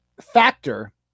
factor